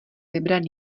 vybrat